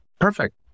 perfect